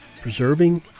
preserving